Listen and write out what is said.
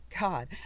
God